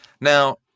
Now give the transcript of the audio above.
Now